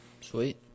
Sweet